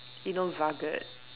you know rugged